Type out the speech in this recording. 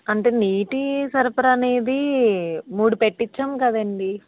అంటే నీటి సరఫరా అనేది మూడు పెట్టించాము కదండీ